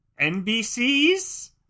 NBC's